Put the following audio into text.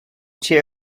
cheer